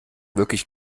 wirklich